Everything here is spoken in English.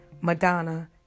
Madonna